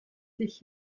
sich